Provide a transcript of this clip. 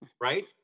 right